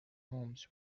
homes